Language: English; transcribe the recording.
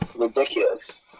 Ridiculous